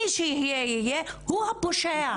יהיה מי שיהיה - הוא הפושע.